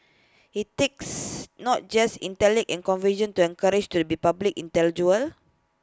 IT takes not just intellect and conviction to an courage to be A public intellectual